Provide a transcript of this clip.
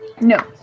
No